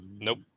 Nope